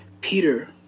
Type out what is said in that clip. Peter